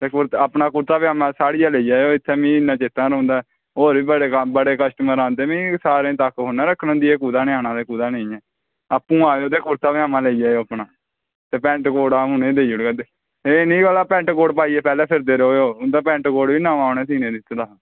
ते अपना कुरता पाजामा साढ़िया लेई जायो इन्ना मिगी चेता निं रौहंदा ऐ होर बी बड़े कस्टमर आंदे नी सारें दी तक्क थोह्ड़े ना रक्खना होंदी ते कुत्तें आना ते कुत्थें नेईं आपूं आयो ते कुरता पजामा लेई जायो अपना ते पैंट कोट उनें ई देई जाह्गा ते एह् नेईं उंदा पैंट कोट लाइयै फिरदे रवेओ उंदा पैंट कोट बी नमां ई उनें बी सेआनै गी दित्ते दा हा